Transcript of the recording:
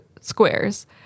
squares